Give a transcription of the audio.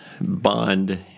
bond